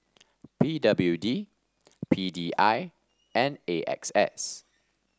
P W D P D I and A X S